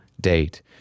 date